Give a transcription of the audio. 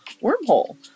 wormhole